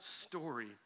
story